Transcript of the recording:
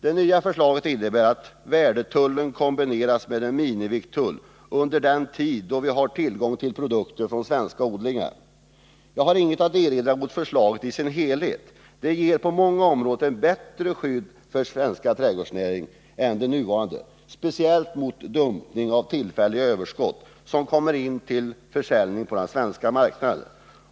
Det nya förslaget innebär att värdetullen kombineras med en minimivikttull under den tid då vi har tillgång till produkter från svenska odlingar. Jag har inget att erinra mot förslaget i dess helhet. Det ger på många områden ett bättre skydd för den svenska trädgårdsnäringen än det nuvarande, speciellt mot dumpning av tillfälliga överskott som kommer in till försäljning på den svenska marknaden.